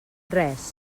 res